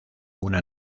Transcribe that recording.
una